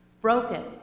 broken